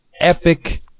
Epic